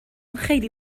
خیلی